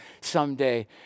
someday